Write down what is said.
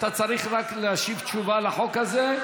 אתה צריך רק להשיב תשובה על החוק הזה,